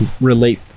relate